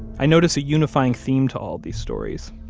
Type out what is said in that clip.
i notice a unifying theme to all these stories,